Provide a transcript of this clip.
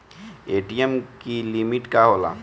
ATM की limit का होला?